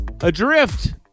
adrift